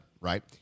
right